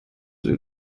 sie